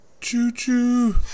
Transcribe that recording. Choo-choo